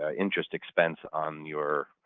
ah interest expense on your